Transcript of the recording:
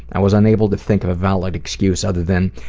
i was unable to think of a valid excuse other than,